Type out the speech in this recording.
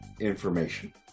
information